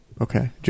Okay